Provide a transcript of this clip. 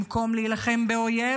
במקום להילחם באויב,